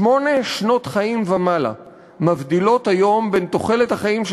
שמונה שנות חיים ומעלה מבדילות היום בין תוחלת החיים של